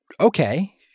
okay